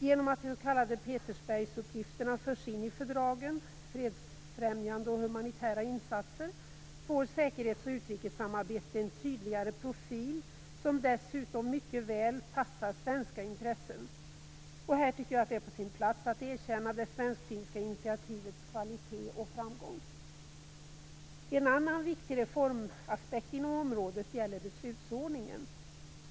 Genom att de s.k. Petersbergsuppgifterna - fredsfrämjande och humanitära insatser - förs in i fördragen, får säkerhets och utrikessamarbetet en tydligare profil, som dessutom mycket väl passar svenska intressen. Här tycker jag att det är på sin plats att erkänna det svensk-finska initiativets kvalitet och framgång. En annan viktig reformaspekt inom området gäller beslutsordningen.